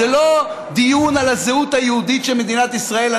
זה לא דיון על הזהות היהודית של מדינת ישראל.